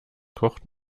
kocht